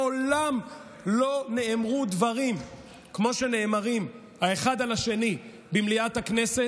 ומעולם לא נאמרו דברים כמו שנאמרים האחד על השני במליאת הכנסת,